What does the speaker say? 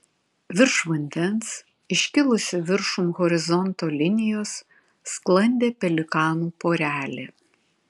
virš vandens iškilusi viršum horizonto linijos sklandė pelikanų porelė